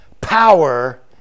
power